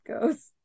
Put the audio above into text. goes